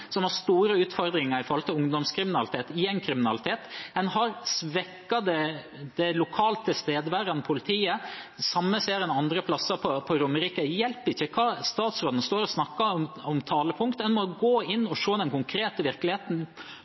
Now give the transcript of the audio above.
som har store utfordringer når det gjelder ungdomskriminalitet, gjengkriminalitet. En har svekket det lokalt tilstedeværende politiet. Det samme ser en andre plasser på Romerike. Det hjelper ikke at statsråden står og snakker om talepunkt. En må gå inn og se den konkrete virkeligheten